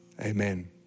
Amen